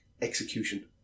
execution